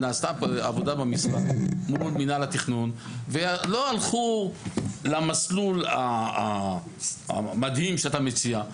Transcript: נעשתה עבודה במשרד מול מינהל התכנון ולא הלכו למסלול המדהים שאתה מציע.